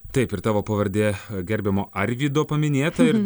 taip ir tavo pavardė gerbiamo arvydo paminėta ir